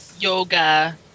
Yoga